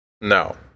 No